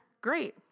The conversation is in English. great